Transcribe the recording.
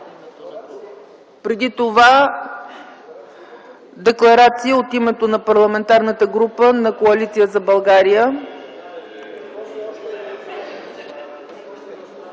Преди това, декларация от името на Парламентарната група на Коалиция за България